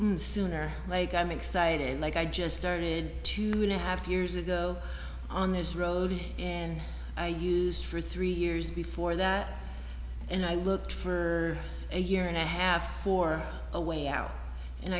sooner like i'm excited like i just started to have years ago on this road and i used for three years before that and i looked for a year and a half for a way out and